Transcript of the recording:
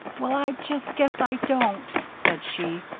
well, i just guess i don't, said she.